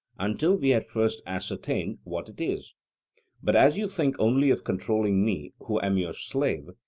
until we had first ascertained what it is but as you think only of controlling me who am your slave,